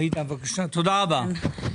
עאידה בבקשה, תודה רבה.